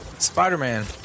Spider-Man